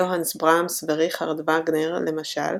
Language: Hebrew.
יוהנס ברהמס וריכרד וגנר למשל,